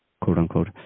quote-unquote